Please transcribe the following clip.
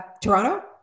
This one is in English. Toronto